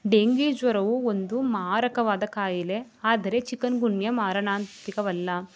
dengue ಜ್ವರವು ಒಂದು ಮಾರಕವಾದ ಕಾಯಿಲೆ ಆದರೆ ಚಿಕನ್ಗುನ್ಯ ಮಾರಣಾಂತಿಕವಲ್ಲ